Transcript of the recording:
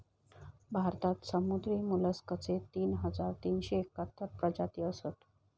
भारतात समुद्री मोलस्कचे तीन हजार तीनशे एकाहत्तर प्रजाती असत